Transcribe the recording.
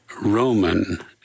Roman